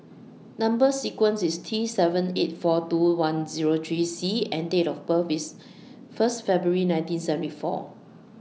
Number sequence IS T seven eight four two one Zero three C and Date of birth IS First February nineteen seventy four